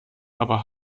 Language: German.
aber